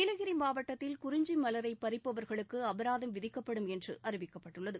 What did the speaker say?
நீலகிரி மாவட்டத்தில் குறிஞ்சி மலரை பறிப்பவர்களுக்கு அபராதம் விதிக்கப்படும் என்று அறிவிக்கப்பட்டுள்ளது